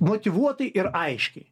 motyvuotai ir aiškiai